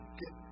get